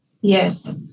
Yes